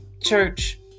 church